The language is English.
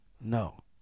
No